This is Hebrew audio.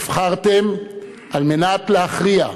נבחרתם כדי להכריע.